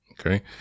Okay